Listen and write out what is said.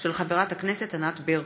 של חברת הכנסת ענת ברקו,